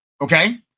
Okay